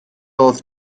oedd